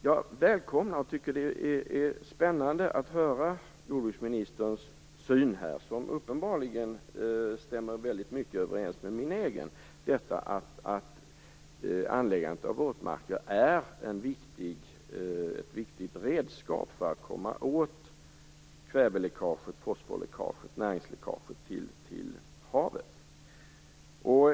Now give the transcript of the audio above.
Jag välkomnar och tycker det är spännande att höra jordbruksministerns syn, som uppenbarligen stämmer väl överens med min egen, när det gäller att anläggandet av våtmarker är ett viktigt redskap för att komma åt kväve-, fosfor och näringsläckaget till havet.